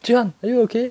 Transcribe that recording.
jun an are you okay